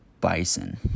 bison